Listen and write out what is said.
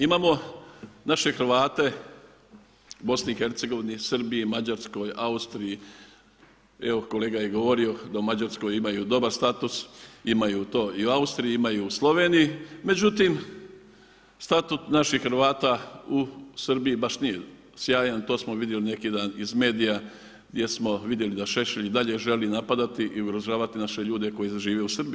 Imamo naše Hrvate u BiH, Srbiji, Mađarskoj, Austriji, evo kolega je govorio da u Mađarskoj imaju dobar status, imaju to i u Austriji, imaju i u Sloveniji, međutim status naših Hrvata u Srbiji baš nije sjajan, to smo vidjeli neki dan iz medija gdje smo vidjeli da Šešelj i dalje želi napadati i ugrožavati naše ljude koji žive u Srbiji.